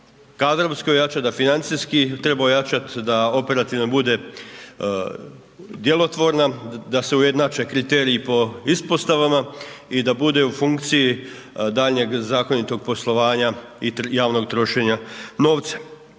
kadrovski ojačati, da financijski treba ojačati, da operativno bude djelotvorna, da se ujednače kriteriji po ispostavama i da bude u funkciji daljnjeg zakonitog poslovanja i javnog trošenja novca.